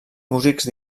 músics